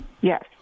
Yes